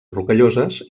rocalloses